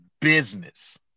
business